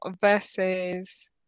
versus